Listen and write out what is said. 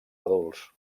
adults